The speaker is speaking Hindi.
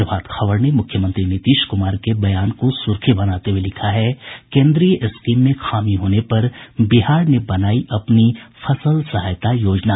प्रभात खबर ने मुख्यमंत्री नीतीश कुमार के बयान को सुर्खी बनाते हुए लिखा है केन्द्रीय स्कीम में खामी होने पर बिहार ने बनायी अपनी फसल सहायता योजना